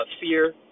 Fear